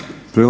Prvo